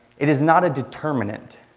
it is not a determinant.